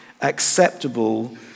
acceptable